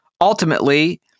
ultimately